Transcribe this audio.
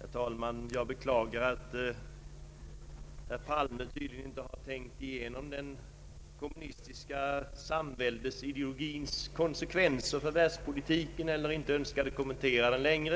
Herr talman! Jag beklagar att herr Palme tydligen inte har tänkt igenom den kommunistiska samväldesideologins konsekvenser för världspolitiken eller inte önskade kommentera den längre.